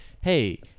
Hey